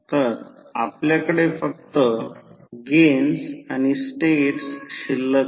तर आपल्याकडे फक्त गेन्स आणि स्टेट्स शिल्लक आहे